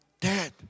Dad